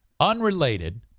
Unrelated